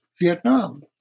Vietnam